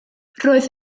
roedd